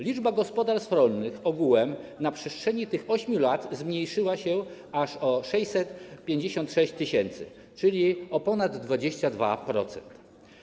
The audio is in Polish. Liczba gospodarstw rolnych ogółem na przestrzeni tych 8 lat zmniejszyła się aż o 656 tys., czyli o ponad 22%.